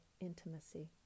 intimacy